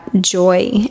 joy